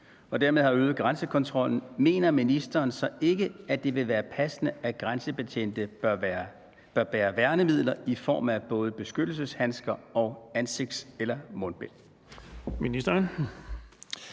og dermed har øget grænsekontrollen, mener ministeren så ikke, at det vil være passende, at grænsebetjentene bør bære værnemidler i form af både beskyttelseshandsker og ansigts- eller mundbind?